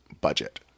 budget